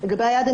לגבי היעד,